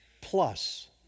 plus